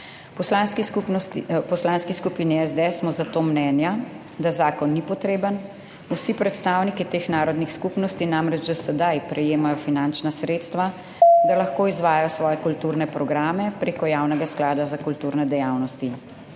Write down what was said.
Poslanski skupini SDS smo zato mnenja, da zakon ni potreben. Vsi predstavniki teh narodnih skupnosti namreč že sedaj prejemajo finančna sredstva, da lahko izvajajo svoje kulturne programe prek Javnega sklada za kulturne dejavnosti.